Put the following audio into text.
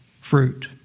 fruit